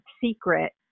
secret